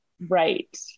Right